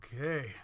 Okay